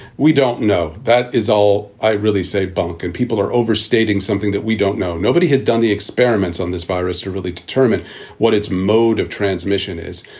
we don't know. that is all i really say bunk. and people are overstating something that we don't know. nobody has done the experiments on this virus to really determine what its mode of transmission is.